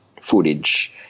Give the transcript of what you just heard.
footage